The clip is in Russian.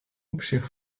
общих